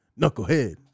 Knucklehead